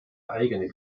eigene